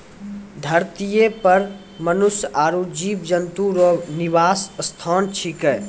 धरतीये पर मनुष्य आरु जीव जन्तु रो निवास स्थान छिकै